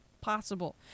possible